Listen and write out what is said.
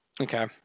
Okay